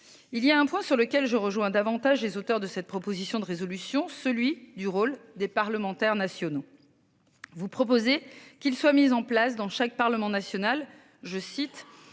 Il y a un point sur lequel je rejoins davantage les auteurs de cette proposition de résolution celui du rôle des parlementaires nationaux. Vous proposez qu'ils soient mises en place dans chaque parlement national. Je cite